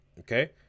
Okay